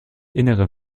innere